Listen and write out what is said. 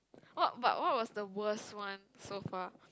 what but what was the worst one so far